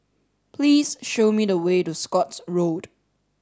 please show me the way to Scotts Road